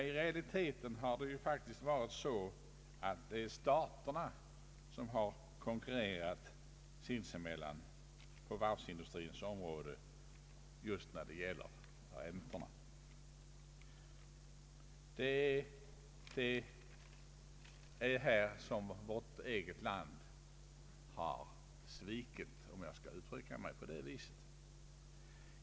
I realiteten har det faktiskt varit så att det är staterna som har konkurrerat sinsemellan på varvsindustrins område just när det gäller räntorna. Det är här som vårt eget land har svikit, om jag skall uttrycka mig på det sättet.